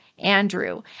Andrew